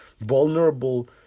vulnerable